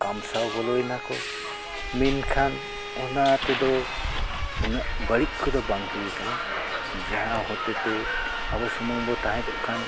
ᱠᱟᱢᱥᱟᱣ ᱵᱚᱞᱚᱭᱮᱱᱟ ᱠᱚ ᱢᱮᱱᱠᱷᱟᱱ ᱚᱱᱟ ᱛᱮᱫᱚ ᱩᱱᱟᱹᱜ ᱵᱟᱹᱲᱤᱡ ᱠᱚᱫᱚ ᱵᱟᱝ ᱦᱩᱭ ᱟᱠᱟᱱᱟ ᱡᱟᱦᱟᱸ ᱦᱚᱛᱮᱡ ᱛᱮ ᱟᱵᱚ ᱥᱩᱢᱩᱝ ᱵᱚ ᱛᱟᱦᱮᱸ ᱠᱚᱜ ᱠᱷᱟᱱ